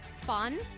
fun